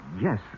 Yes